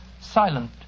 silent